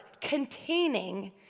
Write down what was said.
containing